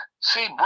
see